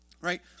right